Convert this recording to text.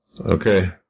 Okay